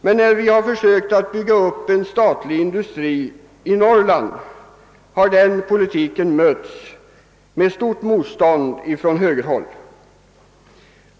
Men när vi har försökt bygga upp en statlig industri i Norrland, har den politiken mötts med starkt motstånd från högerhåll.